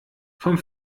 vom